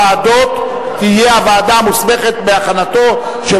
מוזס, ובהסכמתו של